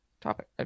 Topic